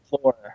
floor